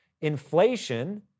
inflation